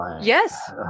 Yes